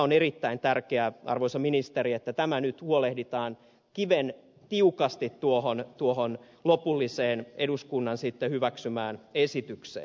on erittäin tärkeää arvoisa ministeri että tämä nyt huolehditaan kiven tiukasti tuohon lopulliseen eduskunnan hyväksymään esitykseen